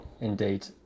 indeed